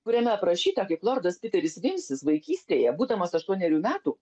kuriame aprašyta kaip lordas piteris vilsis vaikystėje būdamas aštuonerių metų